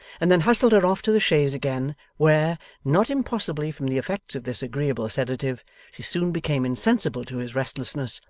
and then hustled her off to the chaise again, where not impossibly from the effects of this agreeable sedative she soon became insensible to his restlessness,